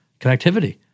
connectivity